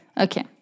Okay